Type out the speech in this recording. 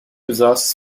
besaß